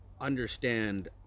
understand